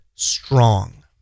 Strong